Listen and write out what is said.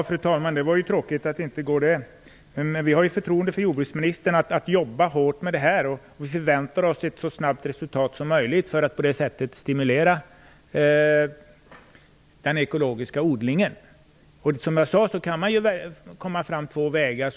Fru talman! Det var tråkigt att höra, men vi har förtroende för att jordbruksministern jobbar hårt med det här. Vi förväntar oss ett resultat så snabbt som möjligt, för att på det sättet stimulera den ekologiska odlingen. Som jag sade, kan man komma fram på två vägar.